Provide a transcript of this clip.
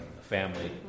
family